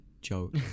joke